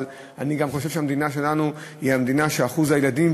אבל אני חושב שבמדינה שלנו אחוז הילדים